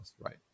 right